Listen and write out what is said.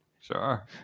sure